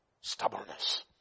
Stubbornness